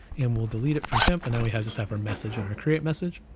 and we'll delete it from temp, and now he has this, have our message, and our create message.